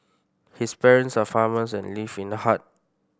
his parents are farmers and live in a hut